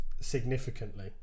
significantly